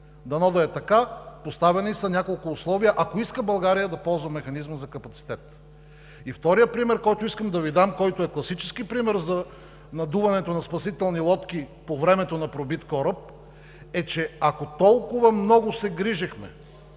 Дано да е така. Поставени са няколко условия, ако България иска да ползва Механизма за капацитет. И вторият пример, който искам да Ви дам, който е класически пример за надуването на спасителни лодки по времето на пробит кораб, е, че ако толкова много се грижехме